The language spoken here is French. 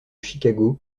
chicago